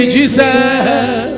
Jesus